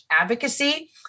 advocacy